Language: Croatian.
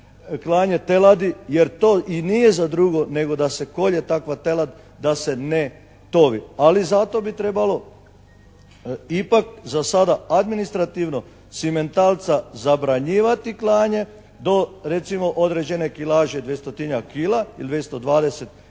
klanje teladi jer to i nije za drugo da se kolje, takva telad da se ne tovi. Ali zato bi trebalo ipak za sada administrativno simentalca zabranjivati klanje do recimo određene kilaže, 200-tinjak kila ili 220 kako